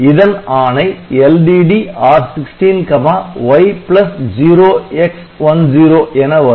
இதன் ஆணை LDD R16 Y0x10 என வரும்